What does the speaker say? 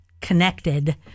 connected